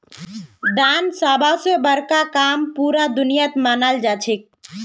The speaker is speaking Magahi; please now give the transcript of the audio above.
दान सब स बड़का काम पूरा दुनियात मनाल जाछेक